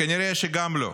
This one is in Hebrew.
כנראה שגם לא.